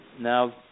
Now